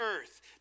earth